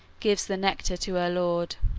gives the nectar to her lord.